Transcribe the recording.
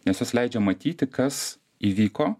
nes jos leidžia matyti kas įvyko